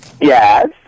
Yes